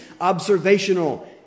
observational